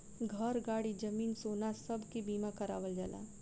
घर, गाड़ी, जमीन, सोना सब के बीमा करावल जाला